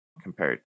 compared